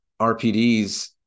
RPDs